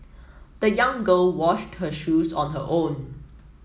the young girl washed her shoes on her own